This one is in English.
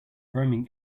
roaming